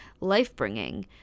life-bringing